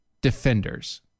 Defenders